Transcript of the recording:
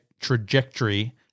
trajectory